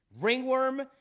Ringworm